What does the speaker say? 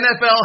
NFL